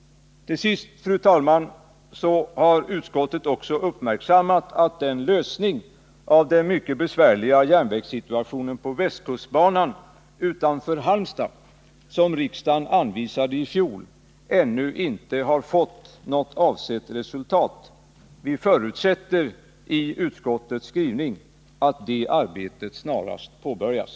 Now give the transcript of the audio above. Till sist, fru talman, vill jag framhålla att utskottet också har uppmärksammat att den lösning av den mycket besvärliga järnvägssituationen på västkustbanan utanför Halmstad som riksdagen anvisade i fjol ännu inte har kommit till stånd. Vi förutsätter i utskottets skrivning att det arbetet snarast påbörjas.